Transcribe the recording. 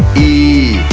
e,